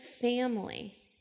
family